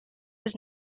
his